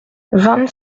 vingt